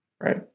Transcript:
Right